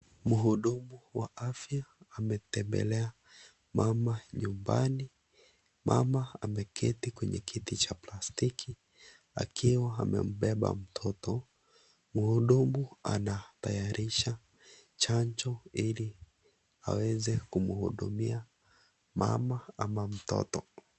Mhudumu wa afya ametembelea mama nyumbani mama ameketi kwenye kiti cha plastiki akiwa amebeba mtoto , mhudumu anatayarisha chanjo ili aweze kumudumia mama ama mtoto.